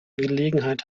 gelegenheit